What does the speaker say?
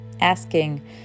Asking